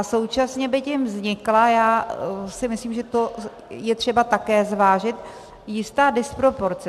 Současně by tím vznikla, já si myslím, že to je třeba také zvážit, jistá disproporce.